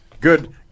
good